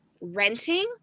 renting